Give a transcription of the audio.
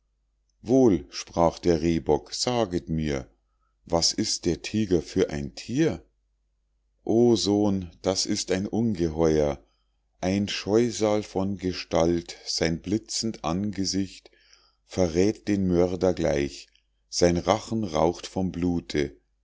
wohl sprach der rehbock saget mir was ist der tiger für ein thier o sohn das ist ein ungeheuer ein scheusal von gestalt sein blitzend angesicht verräth den mörder gleich sein rachen raucht vom blute